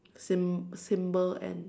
sym~ symbol N